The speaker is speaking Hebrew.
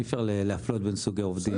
אי אפשר להפלות בין סוגי עובדים.